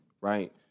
right